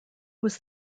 was